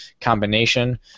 combination